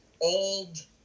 old